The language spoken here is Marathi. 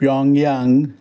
प्योंगयांग